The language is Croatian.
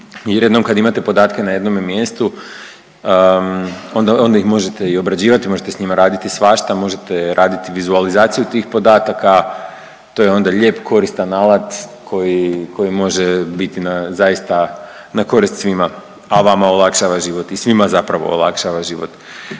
Jer jednom kad imate podatke na jednome mjestu onda ih možete i obrađivati, možete sa njima raditi svašta, možete raditi vizualizaciju tih podataka. To je onda lijep, koristan alat koji može biti zaista na korist svima, a vama olakšava život i svima zapravo olakšava život.